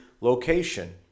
location